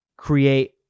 create